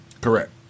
Correct